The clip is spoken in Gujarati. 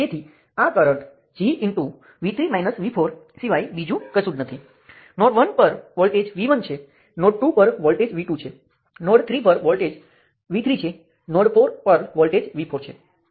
તેથી મેશ એ પ્લેનર સર્કિટમાં એક લૂપ છે જે અન્ય કોઈપણ લૂપ્સ વડે ઘેરાયેલ નથી ઉદાહરણ તરીકે આ એક મેશ છે જે આ એક આ એક અને તે એક તેમ ત્રણ શાખાઓ સાથે સુસંગત છે